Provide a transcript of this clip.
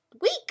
week